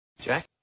Jack